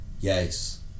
Yes